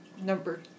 number